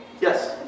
yes